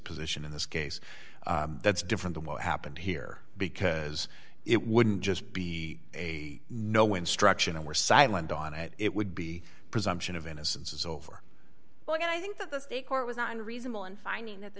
position in this case that's different than what happened here because it wouldn't just be a no instruction i were silent on it it would be presumption of innocence is over but i think that the state court was not unreasonable in finding that the